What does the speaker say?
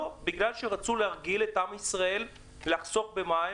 זה בגלל שרצו להרגיל את עם ישראל לחסוך במים.